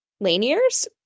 Laniers